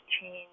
change